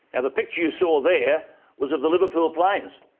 now, the picture you saw there was of the liverpool plains.